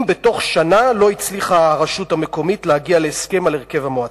אם בתוך שנה לא הצליחה הרשות המקומית להגיע להסכם על הרכב המועצה.